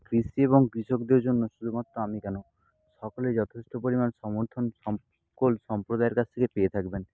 কৃষি এবং কৃষকদের জন্য শুধুমাত্র আমি কেন সকলে যথেষ্ট পরিমাণ সমর্থন সক্কল সম্প্রদায়ের কাছ থেকে পেয়ে থাকবেন